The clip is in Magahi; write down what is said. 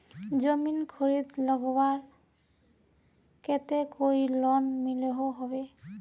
जमीन खरीद लगवार केते कोई लोन मिलोहो होबे?